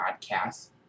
podcast